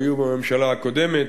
והיו בממשלה הקודמת,